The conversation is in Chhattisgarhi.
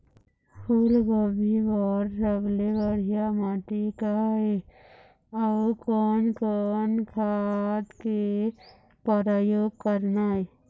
फूलगोभी बर सबले बढ़िया माटी का ये? अउ कोन कोन खाद के प्रयोग करना ये?